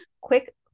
quick